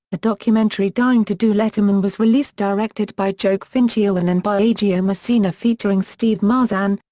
a documentary dying to do letterman was released directed by joke fincioen ah and and biagio messina featuring steve mazan,